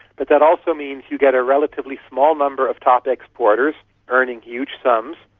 but that also means you get a relatively small number of top exporters earning huge sums,